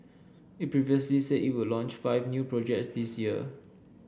it previously said it would launch five new projects this year